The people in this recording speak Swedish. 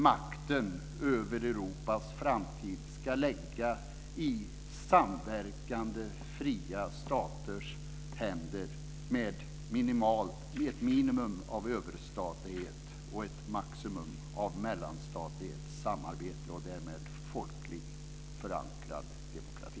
Makten över Europas framtid ska läggas i samverkande fria staters händer med ett minimum av överstatlighet och ett maximum av mellanstatlighet och samarbete och därmed folklig förankrad demokrati.